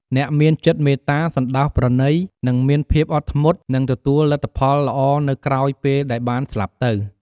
អ្នកមានចិត្ត មេត្តាសណ្តោសប្រណី និងមានភាពអត់ធ្មត់ នឹងទទួលលទ្ធផលល្អនៅក្រោយពេលដែលបានស្លាប់ទៅ។